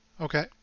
Okay